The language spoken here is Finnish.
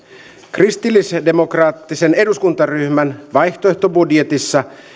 kristillisdemokraattisen eduskuntaryhmän vaihtoehtobudjetissa